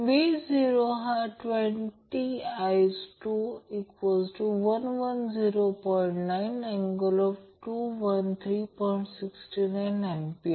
तर derivative d VLd ω0 set केले ω च्या संदर्भात या समीकरण 1 चे डेरीवेटिव घ्या